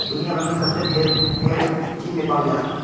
दुनिया भर में सबसे ढेर भेड़ चीन में पावल जाला